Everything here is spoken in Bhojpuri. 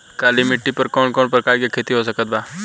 काली मिट्टी पर कौन कौन प्रकार के खेती हो सकत बा?